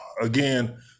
again